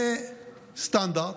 זה סטנדרט,